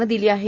नं दिली आहे